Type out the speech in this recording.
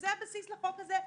וזה הבסיס לחוק הזה,